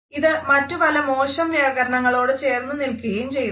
ഇത് മറ്റു പല മോശം വ്യകരണങ്ങളോട് ചേർന്നുനിൽക്കുകയും ചെയ്യുന്നു